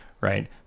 right